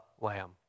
Lamb